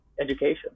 education